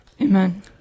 Amen